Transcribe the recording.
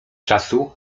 czasu